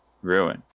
Ruin